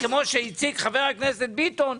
כמו שהציג חבר הכנסת ביטון,